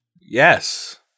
Yes